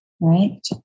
right